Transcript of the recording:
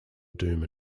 doom